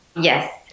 Yes